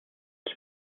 qui